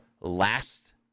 last